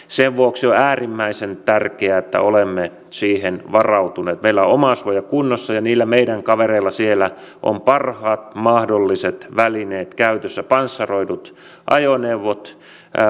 sen vuoksi on äärimmäisen tärkeää että olemme siihen varautuneet meillä on omasuoja kunnossa ja niillä meidän kavereilla siellä on parhaat mahdolliset välineet käytössä panssaroidut ajoneuvot varusteet viitaten